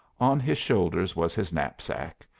on his shoulders was his knapsack,